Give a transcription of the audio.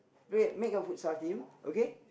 make a futsal team okay